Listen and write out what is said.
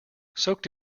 soaked